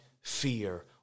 fear